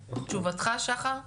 תשובתך, שחר.